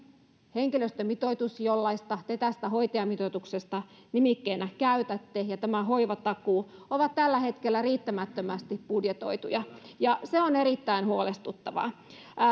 henkilöstömitoitus jollaista te tästä hoitajamitoituksesta nimikkeenä käytätte ja hoivatakuu ovat tällä hetkellä riittämättömästi budjetoituja ja se on erittäin huolestuttavaa